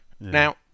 Now